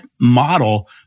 model